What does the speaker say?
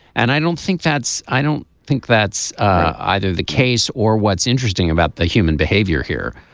and i don't think that's i don't think that's either the case or what's interesting about the human behavior here.